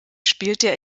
spielte